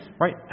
right